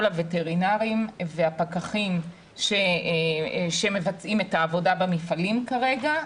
הווטרינרים והפקחים שמבצעים את העבודה במפעלים כרגע.